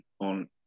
on